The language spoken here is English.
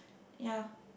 ya